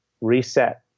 reset